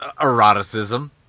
Eroticism